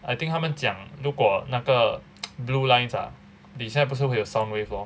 I think 他们讲如果那个 blue lines ah 你现在不是会有 sound wave lor